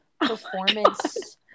performance